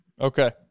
Okay